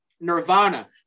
Nirvana